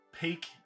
Peak